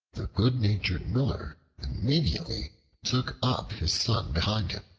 the good-natured miller immediately took up his son behind him.